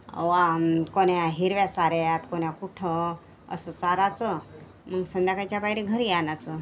वाम कोण्या हिरव्या चाऱ्यात कोण्या कुठं असं चाराचं मग संध्याकाळच्या पायरी घरी आणायचं